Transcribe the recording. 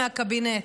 מהקבינט,